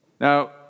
Now